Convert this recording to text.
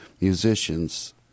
musicians